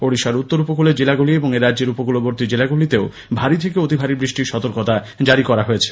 ওড়িশার উত্তর উপকূলের জেলাগুলি এবং এরাজ্যের উপকূলবর্তী জেলাগুলিতে ভারী থেকে অতি ভারী বৃষ্টির সতর্কতা জারি করা হয়েছে